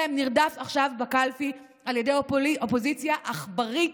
שלהם נרדף עכשיו בקלפי על ידי אופוזיציה עכברית,